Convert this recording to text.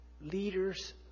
Leaders